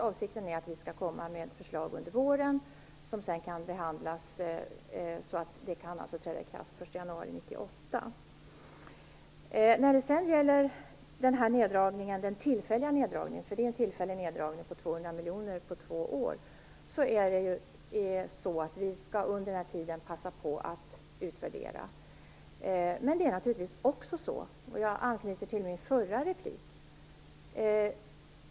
Avsikten är att vi under våren skall komma med ett förslag, som sedan kan behandlas så att det kan träda i kraft den 1 januari När det sedan gäller den tillfälliga neddragningen - för den är tillfällig - på 200 miljoner under två år vill jag säga att vi under den tiden skall passa på att utvärdera. Jag vill också anknyta till min förra replik.